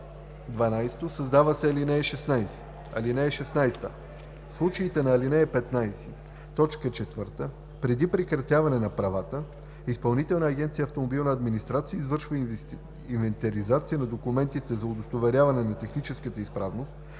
12. Създава се ал. 16: „(16) В случаите на ал. 15, т. 4 преди прекратяване на правата, Изпълнителна агенция „Автомобилна администрация“ извършва инвентаризация на документите за удостоверяване на техническата изправност,